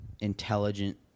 intelligent